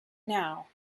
now